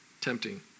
Tempting